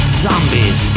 zombies